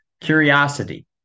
curiosity